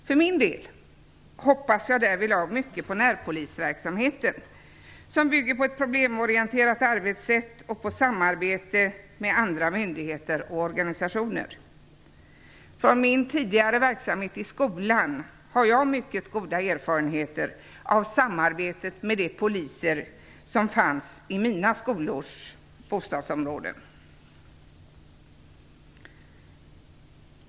För min del hoppas jag därvidlag mycket på närpolisverksamheten, som bygger på ett problemorienterat arbetssätt och på samarbete med andra myndigheter och organisationer. Från min tidigare verksamhet i skolan har jag mycket goda erfarenheter av samarbetet med de poliser som fanns i "mina" skolors bostadsområden.